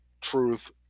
truth